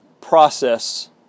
process